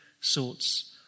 sorts